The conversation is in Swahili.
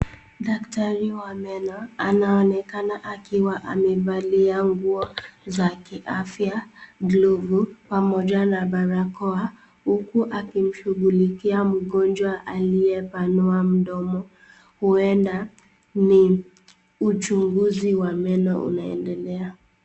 Daktari wa meno anaonekana akiwa amevalia nguo za kiafya, glovu pamoja na barakoa uku akimshughulikia mgonjwa aliyepanua mdomo ueda ni uchuguzi wa meno unaendelea.